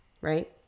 right